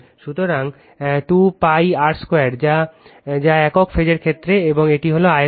সুতরাং 2 pi r 2 l যা একক ফেজের ক্ষেত্রে এটি হল আয়তন